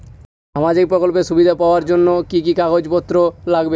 সামাজিক প্রকল্পের সুবিধা পাওয়ার জন্য কি কি কাগজ পত্র লাগবে?